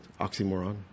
oxymoron